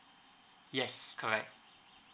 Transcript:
yes correct